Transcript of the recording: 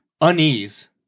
unease